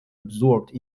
absorbed